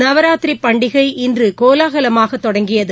நவராத்திரிகை பண்டிகை இன்று கோலாகலமாக தொடங்கியது